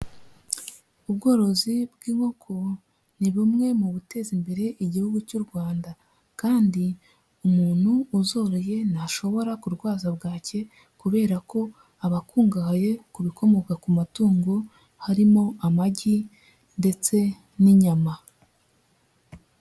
Ubworozi bw'inkoko ni bumwe mu guteza imbere igihugu cy'u Rwanda kandi umuntu uzoroye ntashobora kurwaza bwaki kubera ko aba akungahaye ku bikomoka ku matungo harimo amagi ndetse n'inyama.